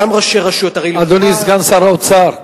גם ראשי רשויות, אדוני, סגן שר האוצר.